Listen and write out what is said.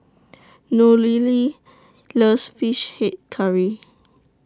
Nohely loves Fish Head Curry